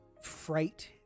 fright